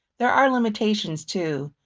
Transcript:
there are limitations, too.